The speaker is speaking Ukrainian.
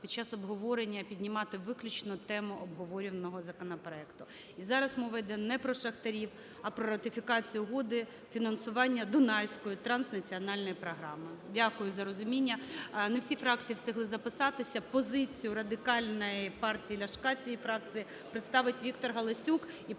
під час обговорення піднімати виключно тему обговорюваного законопроекту. І зараз мова йде не про шахтарів, а про ратифікацію Угоди фінансування Дунайської транснаціональної програми. Дякую за розуміння. Не всі фракції встигли записатися. Позицію Радикальної партії Ляшка цієї фракції представить Віктор Галасюк.